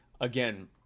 again